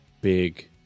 big